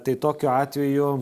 tai tokiu atveju